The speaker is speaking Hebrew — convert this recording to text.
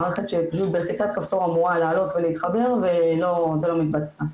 מערכת שפשוט בלחיצת כפתור אמורה לעלות ולהתחבר וזה לא מתבצע.